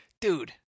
dude